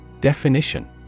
Definition